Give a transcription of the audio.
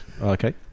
Okay